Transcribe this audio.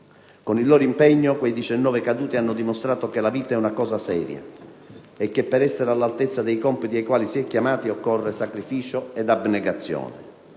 Con il loro impegno quei 19 caduti hanno dimostrato che la vita è una cosa seria e che per essere all'altezza dei compiti ai quali si è chiamati occorre sacrificio ed abnegazione.